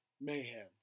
Mayhem